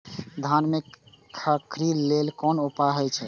धान में खखरी लेल कोन उपाय हय?